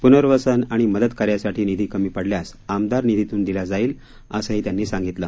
पुनर्वसन आणि मदतकार्यासाठी निधी कमी पडल्यास आमदार निधीतून दिला जाईल असंही त्यांनी सांगितलं